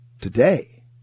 Today